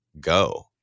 Go